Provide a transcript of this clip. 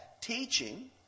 teaching